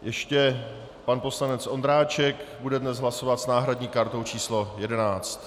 Ještě pan poslanec Ondráček bude dnes hlasovat s náhradní kartou č. 11.